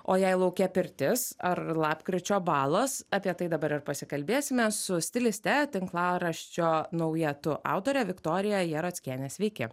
o jei lauke pirtis ar lapkričio balos apie tai dabar ir pasikalbėsime su stiliste tinklaraščio nauja tu autore viktorija jarockiene sveiki